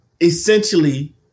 essentially